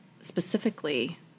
specifically